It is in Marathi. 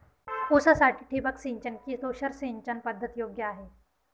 ऊसासाठी ठिबक सिंचन कि तुषार सिंचन पद्धत योग्य आहे?